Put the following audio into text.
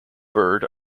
bird